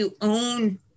own